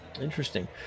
Interesting